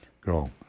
go